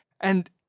And-